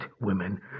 women